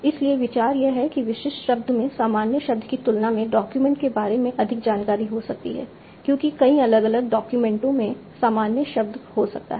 इसलिए विचार यह है कि विशिष्ट शब्द में सामान्य शब्द की तुलना में डॉक्यूमेंट के बारे में अधिक जानकारी हो सकती है क्योंकि कई अलग अलग डॉक्यूमेंटों में सामान्य शब्द हो सकता है